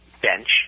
bench